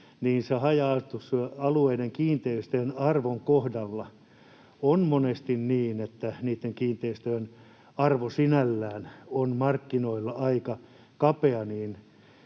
haja-asutusalueiden kiinteistöjen arvon kohdalla on monesti niin, että niitten kiinteistöjen arvo sinällään on markkinoilla aika kapea.